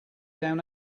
down